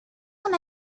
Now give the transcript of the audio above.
when